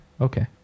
Okay